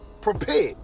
prepared